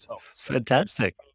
fantastic